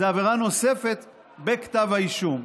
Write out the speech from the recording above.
זאת עבירה נוספת בכתב האישום.